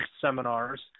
seminars